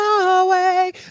away